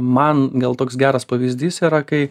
man gal toks geras pavyzdys yra kai